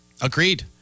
Agreed